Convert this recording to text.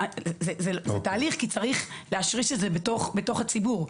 זה תהליך כי צריך להשריש את זה בתוך הציבור,